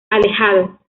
alejado